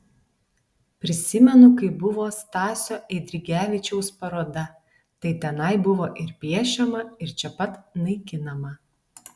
prisimenu kai buvo stasio eidrigevičiaus paroda tai tenai buvo ir piešiama ir čia pat naikinama